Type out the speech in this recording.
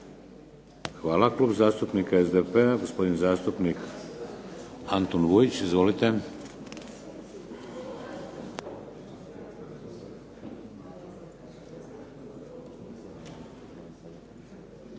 Hvala. Klub zastupnika SDP-a gospodin zastupnik Antun Vujić. Izvolite.